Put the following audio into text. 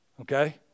Okay